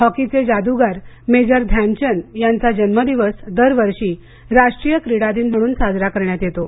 हॉकीचे जादूगार मेजर ध्यानचंद यांचा जन्मदिवस दरवर्षी राष्ट्रीय क्रीडा दिन म्हणून साजरा करण्यात येतो